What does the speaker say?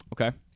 Okay